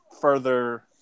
further